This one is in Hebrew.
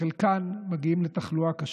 חלקם מגיעים לתחלואה קשה.